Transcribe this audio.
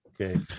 Okay